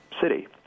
city